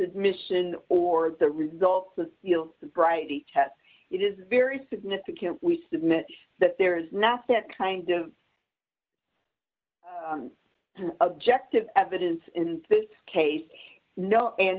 admission or the results of field sobriety tests it is very significant we submit that there is nothing that kind of objective evidence in this case no and